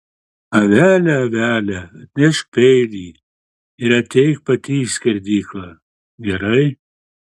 avele avele atnešk peilį ir ateik pati į skerdyklą gerai